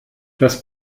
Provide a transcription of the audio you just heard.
das